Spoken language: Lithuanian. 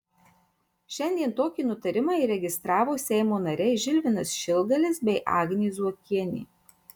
šiandien tokį nutarimą įregistravo seimo nariai žilvinas šilgalis bei agnė zuokienė